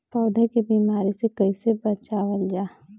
पौधा के बीमारी से कइसे बचावल जा?